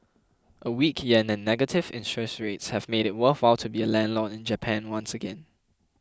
a weak yen and negative interest rates have made it worthwhile to be a landlord in Japan once again